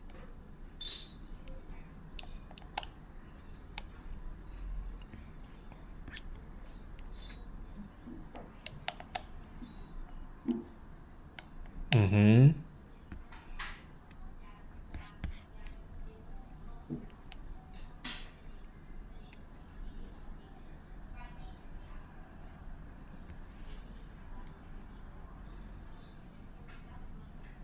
mmhmm